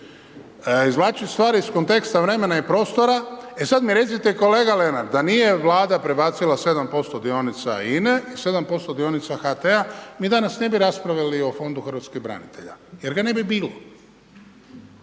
Izvlačiti stvari iz konteksta vremena i prostora, e sad mi recite kolega Lenart, da nije Vlada prebacila 7% dionica INA-e i 7% dionica HT-a, mi danas ne bi raspravljali o fondu hrvatskih branitelja jer ga ne bi bilo.